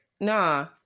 nah